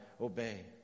obey